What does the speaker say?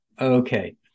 Okay